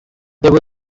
there